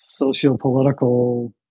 sociopolitical